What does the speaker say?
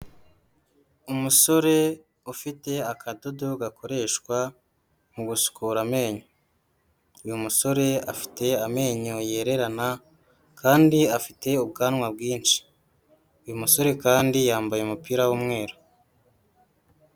Umusore ufite akadodo gakoreshwa mugusukura amenyo, uyu musore afite amenyo yererana kandi afite ubwanwa bwinshi, uyu musore kandi yambaye umupira w'umweru.